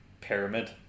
pyramid